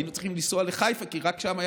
היינו צריכים לנסוע לחיפה כי רק שם היה